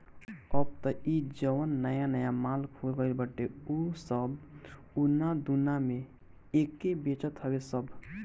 अब तअ इ जवन नया नया माल खुल गईल बाटे उ सब उना दूना में एके बेचत हवे सब